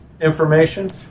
information